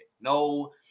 No